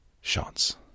shots